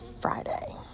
Friday